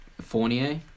Fournier